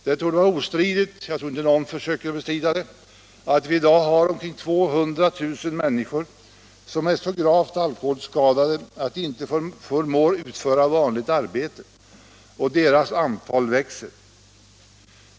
Det torde vara ostridigt att vi i dag har omkring 200 000 människor som är så gravt alkoholskadade att de icke förmår utföra vanligt arbete och att antalet skadade växer.